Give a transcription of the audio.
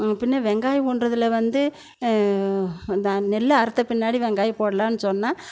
பின்னே வெங்காயம் ஊன்றதில் வந்து அந்த நெல்லை அறுத்த பின்னாடி வெங்காயம் போடலான்னு சொன்னால்